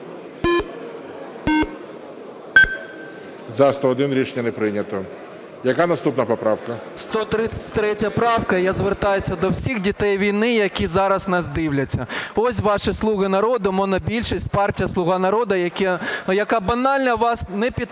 За-101 Рішення не прийнято. Яка наступна поправка? 13:16:39 ПОЛЯКОВ А.Е. 133 правка. Я звертаюся до всіх дітей-війни, які зараз нас дивляться: ось ваші "слуги народу" монобільшість, партія "Слуга народу", яка банально вас не підтримує.